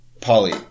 Polly